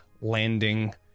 landing